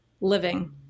living